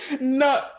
No